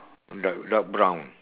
dark dark brown